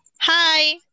hi